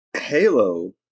Halo